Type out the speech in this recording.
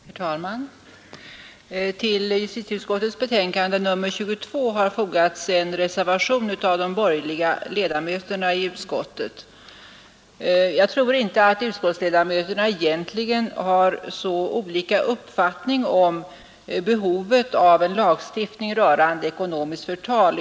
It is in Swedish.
Herr talman! Till justitieutskottets betänkande nr 22 har fogats en reservation av de borgerliga ledamöterna i utskottet. Jag tror inte att utskottsledamöterna egentligen har så olika uppfattning om behovet av en lagstiftning rörande ekonomiskt förtal.